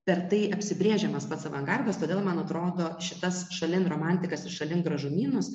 per tai apsibrėžiamas pats avangardas todėl man atrodo šitas šalin romantikas šalin gražumynus